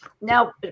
Now